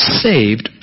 saved